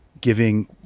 giving